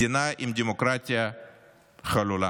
מדינה עם דמוקרטיה חלולה.